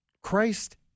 Christ